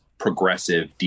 progressive